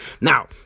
Now